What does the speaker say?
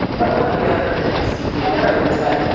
but one of the other things to be aware of is that